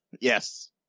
Yes